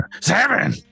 Seven